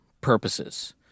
purposes